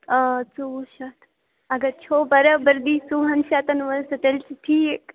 آ ژۄوُہ شیٚتھ اگر چھَو برابٔردی ژۄوُہن شتن منٛز تہٕ تیٛلہِ چھُ ٹھیٖک